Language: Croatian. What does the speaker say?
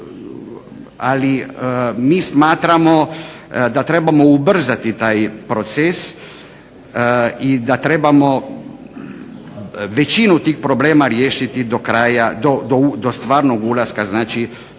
ali mi smatramo da trebamo ubrzati taj proces i da trebamo većinu tih problema riješiti do stvarnog ulaska znači